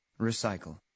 Recycle